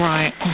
Right